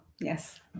Yes